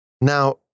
Now